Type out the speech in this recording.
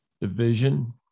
division